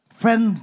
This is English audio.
friend